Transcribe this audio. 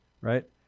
right